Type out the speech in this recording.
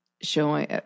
showing